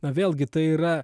na vėlgi tai yra